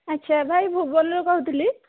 ଆଚ୍ଛା ଭାଇ ଭୁବନରୁ କହୁଥିଲି